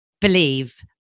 believe